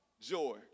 joy